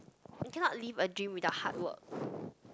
you cannot live a dream without hard work